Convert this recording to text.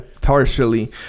Partially